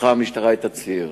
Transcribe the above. פתחה המשטרה את הציר.